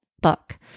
book